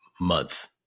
month